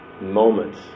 moments